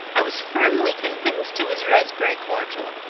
i was firmly convinced it was raspberry cordial.